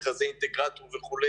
מכרזי אינטגרטור וכו',